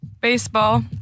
baseball